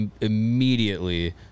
immediately